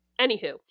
anywho